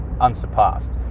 unsurpassed